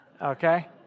okay